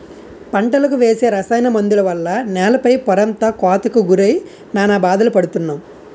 పంటలకు వేసే రసాయన మందుల వల్ల నేల పై పొరంతా కోతకు గురై నానా బాధలు పడుతున్నాం